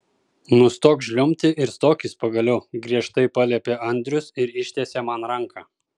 nustok žliumbti ir stokis pagaliau griežtai paliepė andrius ir ištiesė man ranką